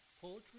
poetry